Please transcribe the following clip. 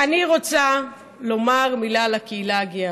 אני רוצה לומר מילה על הקהילה הגאה,